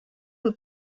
who